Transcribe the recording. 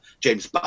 James